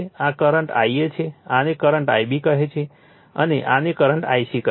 આ current Ia છે આને કરંટ Ib કહે છે અને આને કરંટ Ic કહે છે